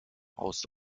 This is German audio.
aus